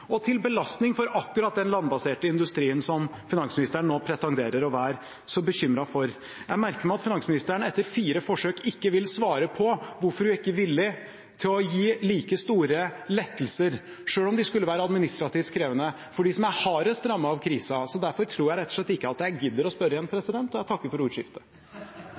og til belastning for akkurat den landbaserte industrien som finansministeren nå pretenderer å være så bekymret for. Jeg merker meg at finansministeren etter fire forsøk ikke vil svare på hvorfor hun ikke er villig til å gi like store lettelser, selv om de skulle være administrativt krevende, for dem som er hardest rammet av krisa. Derfor tror jeg rett og slett ikke at jeg gidder å spørre igjen, og jeg takker for ordskiftet.